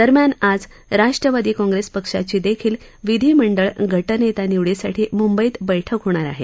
दरम्यान आज राष्ट्रवादी काँग्रेस पक्षाची देखील विधिमंडळ गटनेता निवडीसाठी मुंबईत बैठक होणार आहे